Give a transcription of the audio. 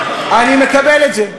אני מקבל את זה.